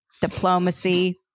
diplomacy